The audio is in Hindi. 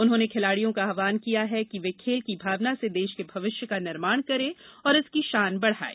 उन्होंने खिलाड़ियो का आव्हान किया कि वे खेल की भावना से देश के भविष्य का निर्माण करें और इसकी शान बढ़ाये